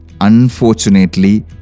Unfortunately